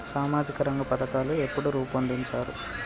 సామాజిక రంగ పథకాలు ఎప్పుడు రూపొందించారు?